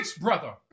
brother